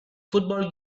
football